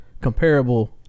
comparable